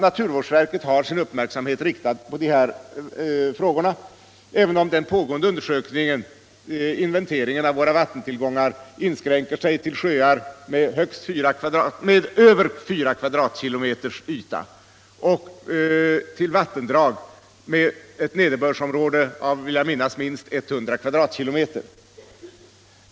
Naturvårdsverket har sin uppmärksamhet riktad på de här frågorna, även om den pågående inventeringen av våra vattentillgångar inskränker sig till sjöar med över 4 kvadratkilometers yta och vattendrag med ett nederbördsområde om, vill jag minnas, minst 100 kvadratkilometer.